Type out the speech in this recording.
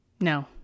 No